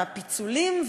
והפיצולים,